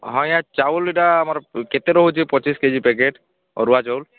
ହଁ ଆଜ୍ଞା ଚାଉଳଟା ଆମର କେତେ ରହୁଛି ପଚିଶ କେ ଜି ପ୍ୟାକେଟ୍ ଅରୁଆ ଚାଉଳ